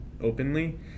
openly